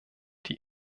die